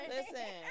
Listen